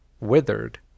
withered